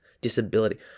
disability